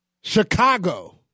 Chicago